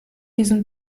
diesen